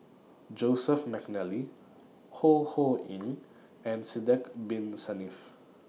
Joseph Mcnally Ho Ho Ying and Sidek Bin Saniff